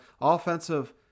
offensive